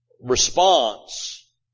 response